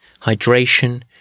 hydration